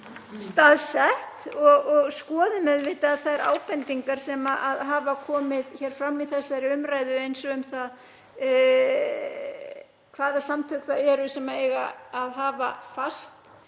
staðsett, og skoðum auðvitað þær ábendingar sem hafa komið fram í þessari umræðu, eins og um það hvaða samtök það eru sem eiga að hafa fast